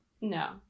no